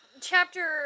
Chapter